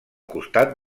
costat